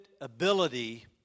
ability